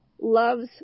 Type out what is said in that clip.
loves